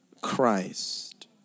Christ